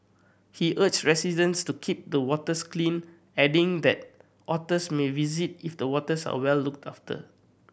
he urged residents to keep the waters clean adding that otters may visit if the waters are well looked after